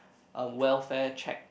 a welfare check